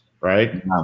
right